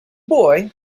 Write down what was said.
boy